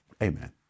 amen